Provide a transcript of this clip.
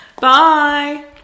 Bye